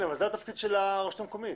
אבל זה התפקיד של הרשות המקומית.